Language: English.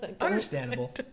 Understandable